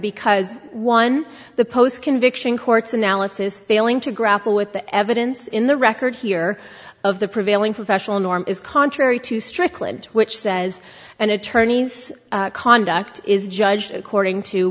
because one the post conviction court's analysis failing to grapple with the evidence in the record here of the prevailing professional norm is contrary to strickland which says an attorney's conduct is judged according to